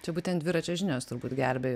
čia būtent dviračio žinios turbūt gelbėjo